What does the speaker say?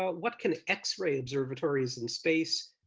what can x-ray observatories in space,